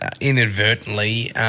inadvertently